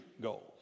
goals